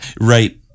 Right